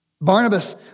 Barnabas